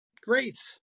grace